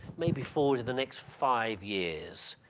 maybe for the next five years.